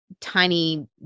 tiny